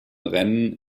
rennen